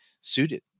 suited